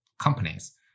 companies